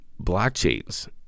blockchains